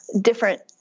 different